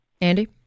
Andy